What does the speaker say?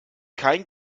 kein